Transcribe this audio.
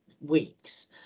weeks